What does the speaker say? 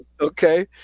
Okay